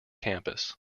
campus